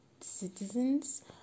citizens